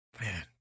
Man